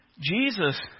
Jesus